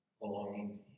belonging